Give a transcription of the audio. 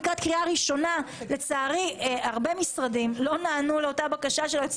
לקראת קריאה ראשונה הרבה משרדים לא ענו לאותה קריאה של היועצת